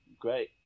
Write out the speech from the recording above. great